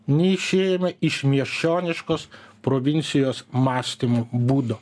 neišėjome iš miesčioniškos provincijos mąstymo būdo